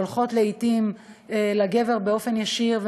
שהולכות לעתים לגבר באופן ישיר,